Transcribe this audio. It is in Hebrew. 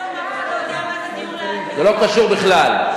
זה לא קשור בכלל.